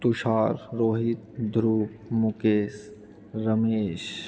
Tushar Rohit Dhruv Mukesh Ramesh